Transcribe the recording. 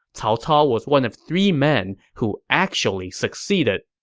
cao cao was one of three men who actually succeeded.